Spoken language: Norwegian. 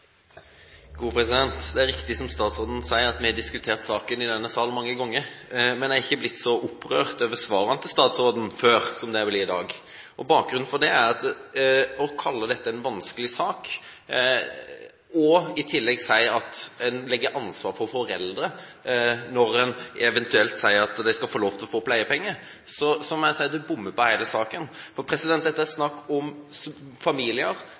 riktig som statsråden sier, at vi har diskutert saken i denne sal mange ganger, men jeg har ikke blitt så opprørt over svarene til statsråden før som jeg ble i dag. Hun kaller dette en vanskelig sak og sier i tillegg at en legger ansvaret på foreldre når en eventuelt sier at de skal få lov til å få pleiepenger. Da må jeg si at du bommer på hele saken, for bakgrunnen for dette er at det er snakk om familier